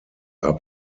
are